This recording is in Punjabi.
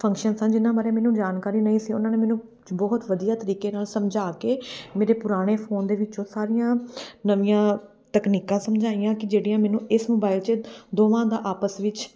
ਫੰਕਸ਼ਨ ਤਾਂ ਜਿਨ੍ਹਾਂ ਬਾਰੇ ਮੈਨੂੰ ਜਾਣਕਾਰੀ ਨਹੀਂ ਸੀ ਉਹਨਾਂ ਨੇ ਮੈਨੂੰ ਬਹੁਤ ਵਧੀਆ ਤਰੀਕੇ ਨਾਲ ਸਮਝਾ ਕੇ ਮੇਰੇ ਪੁਰਾਣੇ ਫੋਨ ਦੇ ਵਿੱਚੋਂ ਸਾਰੀਆਂ ਨਵੀਆਂ ਤਕਨੀਕਾਂ ਸਮਝਾਈਆਂ ਕਿ ਜਿਹੜੀਆਂ ਮੈਨੂੰ ਇਸ ਮੋਬਾਈਲ 'ਚ ਦੋਵਾਂ ਦਾ ਆਪਸ ਵਿੱਚ